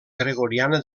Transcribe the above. gregoriana